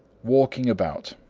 walking about.